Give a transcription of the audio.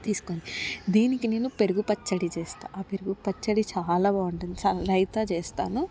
తీసుకోండి దీనికి నేను పెరుగు పచ్చడి చేస్తాను ఆ పెరుగు పచ్చడి చాలా బాగుంటుంది రైతా చేస్తాను